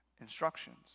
instructions